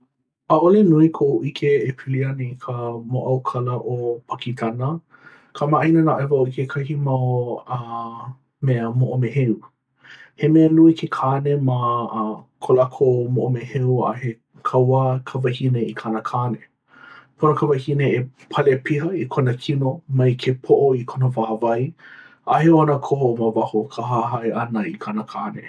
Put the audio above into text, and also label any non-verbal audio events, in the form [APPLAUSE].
ʻAʻole nui koʻu ʻike e pili ana i ka mōʻaukala o Pakitana. Kamaʻāina naʻe wau i kekahi mau [HESITATION] uh mea moʻomeheu. He mea nui ke kāne ma [HESITATION] uh ko lākou moʻomeheu a he kauā ka wahine i kāna kāne. Pono ka wahine e pale piha i kona kino mai ke poʻo i kona wāwae. ʻAʻohe ona koho ma who o ka hāhai ʻana i kāna kāne.